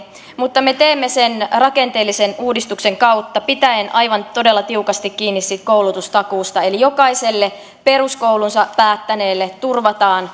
mutta me teemme sen rakenteellisen uudistuksen kautta pitäen aivan todella tiukasti kiinni siitä koulutustakuusta eli jokaiselle peruskoulunsa päättäneelle turvataan